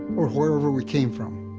or wherever we came from.